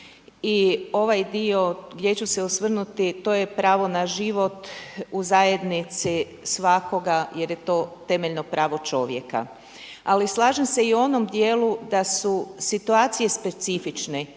i ovaj dio gdje ću se osvrnuti to je pravo na život u zajednici svakoga jer je to temeljno pravo čovjeka. Ali slažem se i u onom dijelu da su situacije specifične.